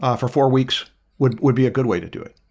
um for four weeks would would be a good way to do it.